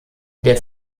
der